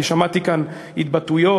כי שמעתי כאן התבטאויות,